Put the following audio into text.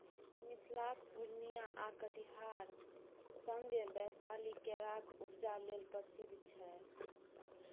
मिथिलाक पुर्णियाँ आ कटिहार संगे बैशाली केराक उपजा लेल प्रसिद्ध छै